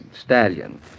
Stallion